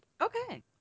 okay